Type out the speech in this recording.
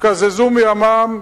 תתקזזו מהמע"מ,